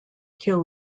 kill